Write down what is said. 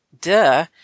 duh